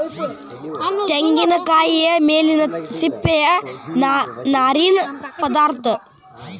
ತೆಂಗಿನಕಾಯಿಯ ಮೇಲಿನ ಸಿಪ್ಪೆಯ ನಾರಿನ ಪದಾರ್ಥ